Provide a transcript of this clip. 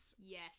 Yes